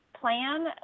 plan